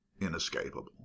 inescapable